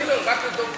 רק לדב חנין.